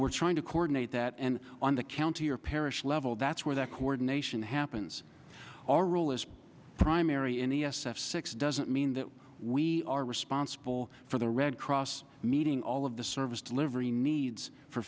we're trying to coordinate that and on the county or parish level that's where that coordination happens all role is primary in e s f six doesn't mean that we are responsible for the red cross meeting all of the service delivery needs for